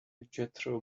jethro